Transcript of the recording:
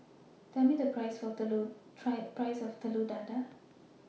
Tell Me The Price of Telur Dadah